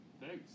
Thanks